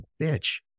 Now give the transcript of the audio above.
bitch